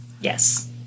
Yes